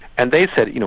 and they said, you know